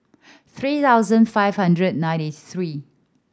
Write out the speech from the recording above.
three thousand five hundred ninety three